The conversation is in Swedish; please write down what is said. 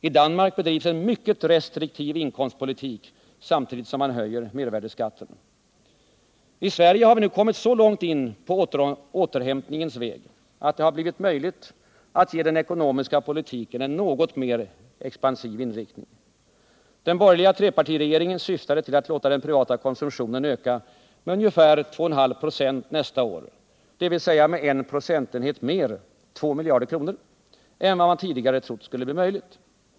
I Danmark bedrivs en mycket restriktiv inkomstpolitik samtidigt som man höjer mervärdeskatten. I Sverige har vi nu kommit så långt in på återhämtningens väg att det blivit möjligt att ge den ekonomiska politiken en något mer expansiv inriktning. Den borgerliga trepartiregeringen syftade till att låta den privata konsumtionen öka med ungefär 2,5 26 nästa år, dvs. med en procentenhet mer — 2 miljarder kronor — än vad man tidigare trott skulle bli möjligt.